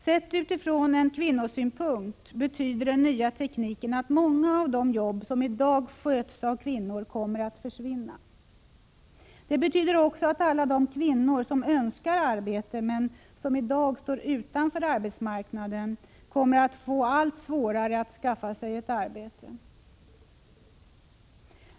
Sett utifrån kvinnosynpunkt betyder den nya tekniken att många av de jobb som i dag sköts av kvinnor kommer att försvinna. Det betyder också att alla de kvinnor som önskar arbete men som i dag står utanför arbetsmarknaden kommer att att få allt svårare att skaffa sig arbete.